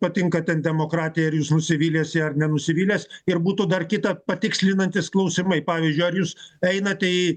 patinka ten demokratija ar jūs nusivylęs ja ar nenusivylęs ir būtų dar kita patikslinantys klausimai pavyzdžiui ar jūs einate į